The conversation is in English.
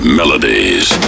melodies